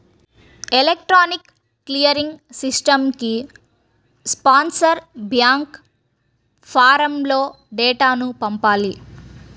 electronic clearing సిస్టమ్కి sponsor bank ఫారమ్లో డేటాను పంపాలి